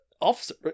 Officer